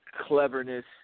cleverness